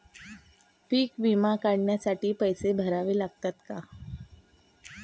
पीक विमा काढण्यासाठी पैसे भरावे लागतात का?